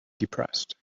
depressed